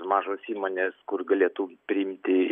mažos įmonės kur galėtų priimti